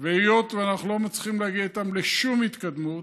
והיות שאנחנו לא מצליחים להגיע איתם לשום התקדמות,